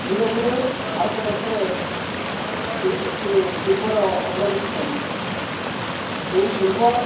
ଧୀରେ ଧୀରେ ଭାରତ ବର୍ଷରେ ଶିଳ୍ପର ଅଗ୍ରଗତି ଚାଲିଛି ଯେଉଁ ଶିଳ୍ପ